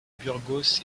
burgos